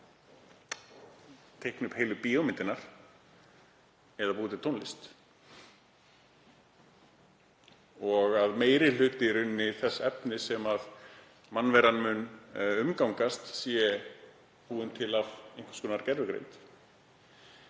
teikni upp heilu bíómyndirnar eða búi til tónlist og að meiri hluti þess efnis sem mannveran mun umgangast verði búinn til af einhvers konar gervigreind.